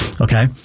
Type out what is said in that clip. Okay